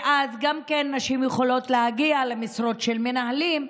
ואז גם נשים יכולות להגיע למשרות של מנהלים,